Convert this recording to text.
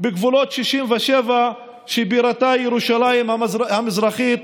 בגבולות 67' שבירתה ירושלים המזרחית,